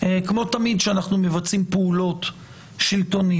כמו תמיד כשאנחנו מבצעים פעולות שלטוניות,